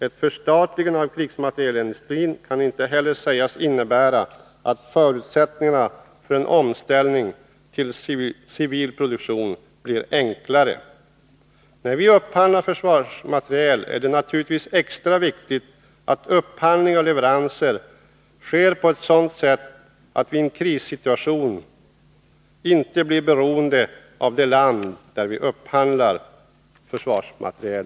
Ett förstatligande av krigsmaterielindustrin kan inte heller sägas innebära att förutsättningen för en omställning till civilproduktion blir bättre. När vi upphandlar försvarsmateriel är det naturligtvis extra viktigt att upphandling och leveranser sker på ett sådant sätt att vi i en krissituation inte blir beroende av det land där vi upphandlar försvarsmateriel.